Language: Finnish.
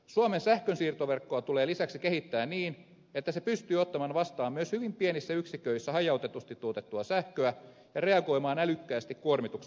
suomen sähkönsiirtoverkkoa tulee lisäksi kehittää niin että se pystyy ottamaan vastaan myös hyvin pienissä yksiköissä hajautetusti tuotettua sähköä ja reagoimaan älykkäästi kuormituksen muutoksiin